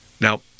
now